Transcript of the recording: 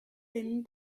thin